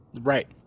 Right